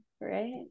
right